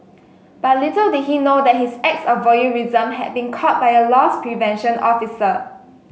but little did he know that his acts of voyeurism had been caught by a loss prevention officer